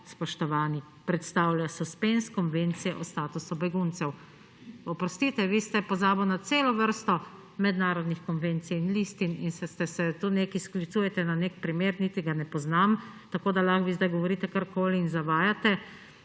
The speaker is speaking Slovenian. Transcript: spoštovani, predstavlja suspenz Konvencije o statusu beguncev. Oprostite, vi ste pozabili na celo vrsto mednarodnih konvencij in listin in se tukaj nekaj sklicujete na nek primer, niti ga ne poznam, tako da lahko vi zdaj govorite karkoli in zavajate.